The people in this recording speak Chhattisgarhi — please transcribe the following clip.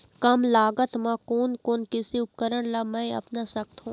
कम लागत मा कोन कोन कृषि उपकरण ला मैं अपना सकथो?